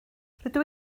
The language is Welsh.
rydw